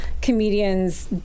comedians